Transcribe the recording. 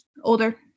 older